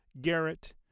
Garrett